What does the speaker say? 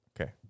Okay